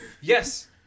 Yes